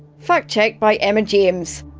fact check by emma james,